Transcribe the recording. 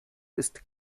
ist